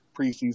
preseason